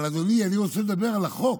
אבל אדוני, אני רוצה לדבר על החוק.